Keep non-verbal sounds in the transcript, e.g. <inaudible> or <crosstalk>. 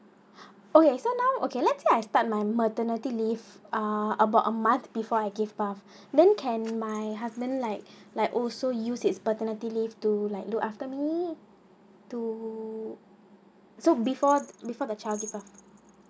<breath> akay so now okay let's say I start my maternity leave uh about a month before I give birth <breath> then can my husband like <breath> like also use its paternity leave to like look after me to so before the before the child give birth